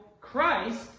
Christ